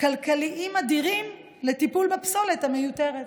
כלכליים אדירים בטיפול בפסולת המיותרת.